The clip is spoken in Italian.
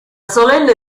solenne